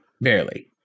Barely